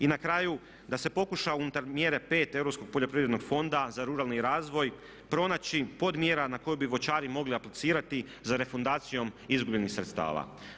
I na kraju da se pokuša unutar mjere 5 Europskog poljoprivrednog fonda za ruralni razvoj pronaći pod mjera na koju bi voćari mogli aplicirati za refundacijom izgubljenih sredstava.